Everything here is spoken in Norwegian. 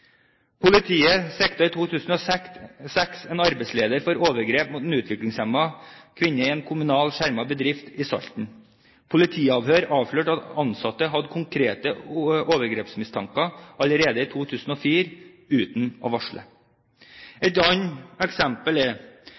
Politiet siktet i 2006 en arbeidsleder for overgrep mot en utviklingshemmet kvinne i en kommunal, skjermet bedrift i Salten. Politiavhør avslørte at ansatte hadde konkrete overgrepsmistanker allerede i 2004 uten å varsle. Et annet eksempel: